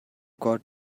got